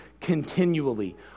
continually